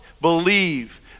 believe